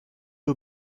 you